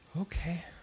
Okay